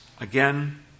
Again